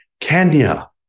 Kenya